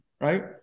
right